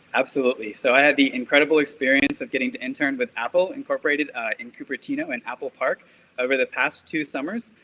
absolutely. so i had the incredible experience of getting to intern with apple, incorporated in cupertino and apple park over the past two summers.